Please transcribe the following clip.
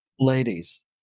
Ladies